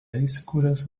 įsikūręs